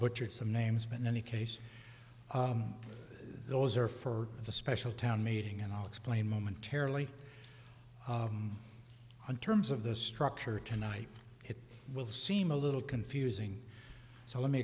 butchered some names but in any case those are for the special town meeting and i'll explain momentarily in terms of the structure tonight it will seem a little confusing so let me